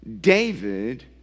David